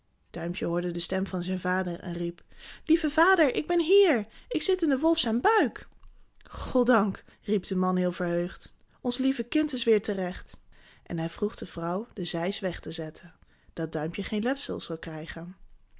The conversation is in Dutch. duimpje hoorde de stem van zijn vader en riep lieve vader ik ben hier ik zit in den wolf zijn buik goddank riep de man heel verheugd ons lieve kind is weêr terecht en hij vroeg de vrouw de zeis weg te zetten dat duimpje geen letsel zou krijgen